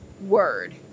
word